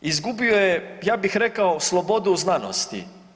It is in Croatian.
Izgubio je ja bih rekao slobodu u znanosti.